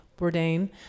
Bourdain